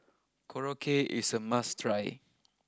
Korokke is a must try